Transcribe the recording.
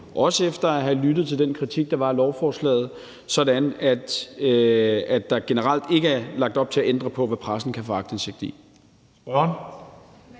også efter at have lyttet til den kritik, der var af lovforslaget – sådan at der generelt ikke er lagt op til at ændre på, hvad pressen kan få aktindsigt i.